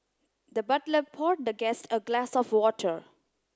the butler poured the guest a glass of water